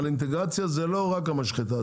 אבל אינטגרציה זה לא רק המשחטה,